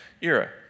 era